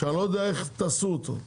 שאני לא יודע איך תעשו אותו.